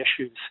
issues